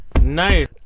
nice